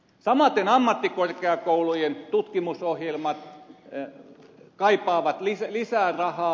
samaten ammattikorkeakoulujen tutkimusohjelmat kaipaavat lisää rahaa